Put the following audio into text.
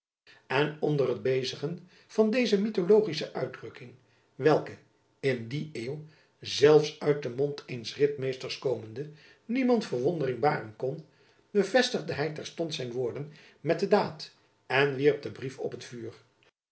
en onder het bezigen van deze mythologische uitdrukking welke in die eeuw zelfs uit den mond eens ritmeesters komende niemand verwondering baren kon bevestigde hy terstond zijn woorden met de daad en wierp den brief op t vuur